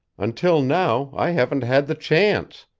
until now i haven't had the chance.